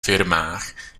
firmách